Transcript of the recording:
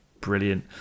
brilliant